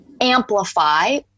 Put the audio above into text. amplify